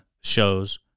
shows